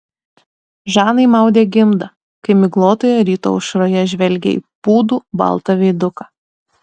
žanai maudė gimdą kai miglotoje ryto aušroje žvelgė į pūdų baltą veiduką